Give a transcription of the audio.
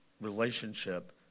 relationship